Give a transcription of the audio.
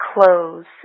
clothes